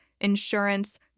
insurance